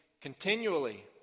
continually